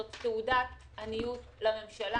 זו תעודת עניות של הממשלה.